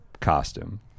costume